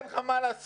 אן לך מה לעשות.